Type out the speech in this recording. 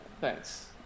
thanks